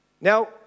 Now